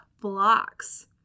blocks